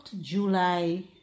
July